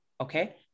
okay